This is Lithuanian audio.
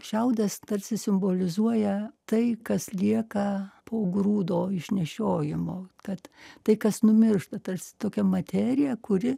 šiaudas tarsi simbolizuoja tai kas lieka po grūdo išnešiojimo kad tai kas numiršta tarsi tokia materija kuri